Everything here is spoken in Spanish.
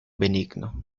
benigno